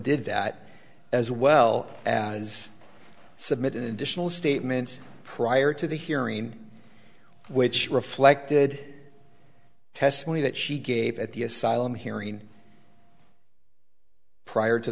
did that as well as submit an additional statement prior to the hearing which reflected testimony that she gave at the asylum hearing prior to